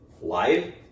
live